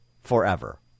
forever